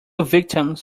victims